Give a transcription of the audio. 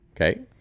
Okay